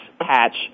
Patch